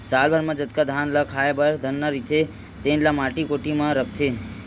साल भर म जतका धान ल खाए बर धरना रहिथे तेन ल माटी कोठी म राखथे